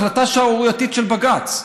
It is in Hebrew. החלטה שערורייתית של בג"ץ,